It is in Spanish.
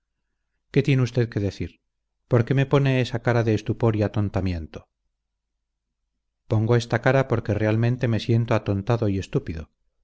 qué tiene usted que decir por qué me pone esa cara de estupor y atontamiento pongo esta cara porque realmente me siento atontado y estúpido